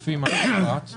לפי מה את קובעת?